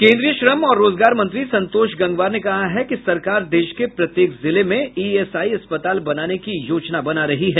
केन्द्रीय श्रम और रोजगार मंत्री संतोष गंगवार ने कहा है कि सरकार देश के प्रत्येक जिले में ईएसआई अस्पताल बनाने की योजना बना रही है